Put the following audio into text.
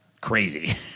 crazy